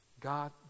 God